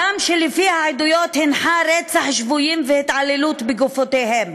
זה אדם שלפי העדויות הנחה רצח שבויים והתעללות בגופותיהם.